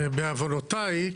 ובעוונותיי,